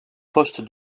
poste